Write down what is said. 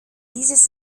dieses